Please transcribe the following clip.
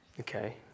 Okay